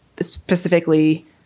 specifically